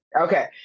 Okay